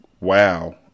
Wow